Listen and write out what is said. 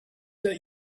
that